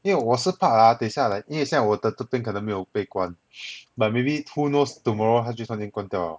因为我是怕 ah 等下 like 因为现在我的这边可能没有被关 but maybe who knows tomorrow 他就突然间关掉 liao